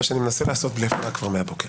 מה שאני מנסה לעשות בלי הפרעה כבר מהבוקר.